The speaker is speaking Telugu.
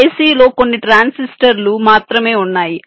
ఈ ICలో కొన్ని ట్రాన్సిస్టర్లు మాత్రమే ఉన్నాయి